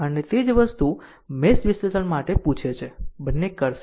અને તે જ વસ્તુ મેશ વિશ્લેષણ માટે પૂછે છે બંને કરશે